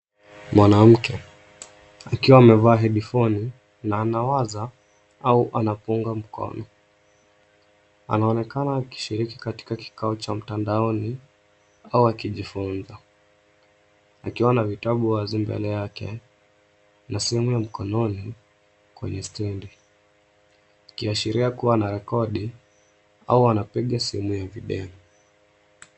Mwanamke akiwa amevaa headphones na anawaza au anapunga mkono. Anaonekana akishiriki katika kikao cha mtandaoni au akijifunza. Akiwa na vitabu wazi mbele yake, na simu ya mkononi kwenye stendi, akiashiria kuwa anarekodi au anapiga simu ya video.